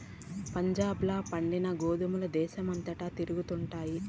పంజాబ్ ల పండిన గోధుమల దేశమంతటా తిరుగుతండాయి